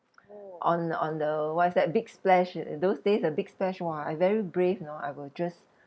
on on the what is that big splash uh those days the big splash !wah! I very brave you know I will just